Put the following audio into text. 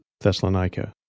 Thessalonica